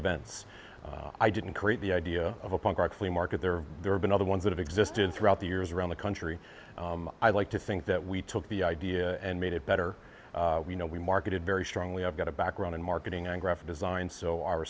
events i didn't create the idea of a punk rock flea market there are there have been other ones that have existed throughout the years around the country i like to think that we took the idea and made it better you know we marketed very strongly i've got a background in marketing and graphic design so